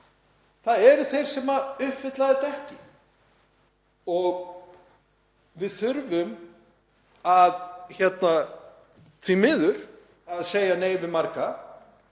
það þeir sem uppfylla þetta ekki og við þurfum því miður að segja nei við marga.